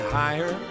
higher